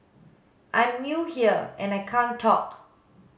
I'm new here and I can't talk